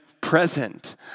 present